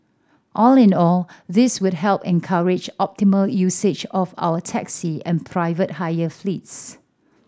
all in all this would help encourage optimal usage of our taxi and private hire fleets